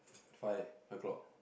five five o'clock